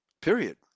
period